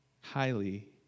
Highly